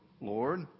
Lord